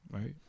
Right